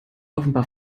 offenbar